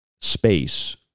space